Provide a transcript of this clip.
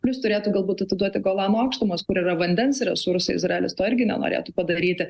plius turėtų galbūt atiduoti golano aukštumas kur yra vandens resursai izraelis to irgi nenorėtų padaryti